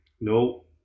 No